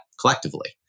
collectively